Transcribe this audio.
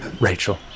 Rachel